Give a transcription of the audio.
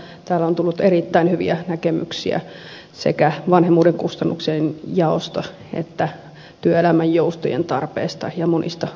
yrttiahon näkemyksiin mutta täällä on tullut erittäin hyviä näkemyksiä sekä vanhemmuuden kustannuksien jaosta että työelämän joustojen tarpeesta ja monista muista